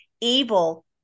evil